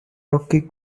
rocky